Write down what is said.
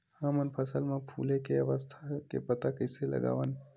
हमन फसल मा फुले के अवस्था के पता कइसे लगावन?